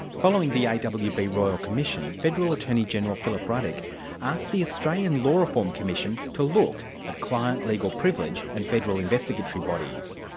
following the awb royal commission, federal attorney-general philip ruddock asked the australian law reform commission to look at client legal privilege and federal investigatory bodies.